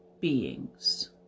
beings